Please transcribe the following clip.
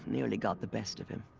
nearly got the best of him.